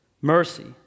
Mercy